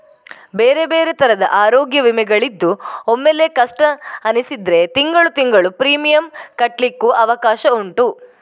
ಬೇರೆ ಬೇರೆ ತರದ ಅರೋಗ್ಯ ವಿಮೆಗಳಿದ್ದು ಒಮ್ಮೆಲೇ ಕಷ್ಟ ಅನಿಸಿದ್ರೆ ತಿಂಗಳು ತಿಂಗಳು ಪ್ರೀಮಿಯಂ ಕಟ್ಲಿಕ್ಕು ಅವಕಾಶ ಉಂಟು